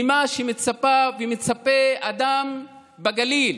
ממה שמצפה ומצפה אדם בגליל.